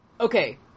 Okay